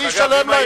מי ישלם להם?